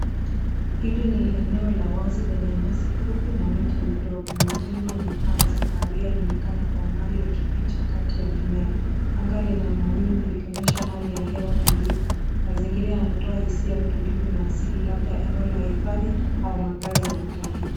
Hili ni eneo la wazi lenye nyasi fupi na miti midogo. Majengo yenye paa za kahawia yanaonekana kwa mbali ikificha kati ya mimea. Anga lina mawingu ikionyesha hali ya hewa tulivu. Mazingira yanatoa hisia tulivu na asili labda eneo la uhifadhi au makazi ya watalii.